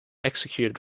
executed